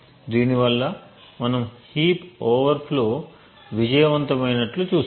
దీని వల్ల మనం హీప్ ఓవర్ ఫ్లో విజయవంతమైనట్లు చూస్తాము